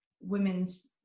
women's